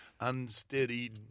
unsteady